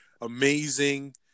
amazing